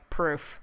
proof